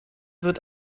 wird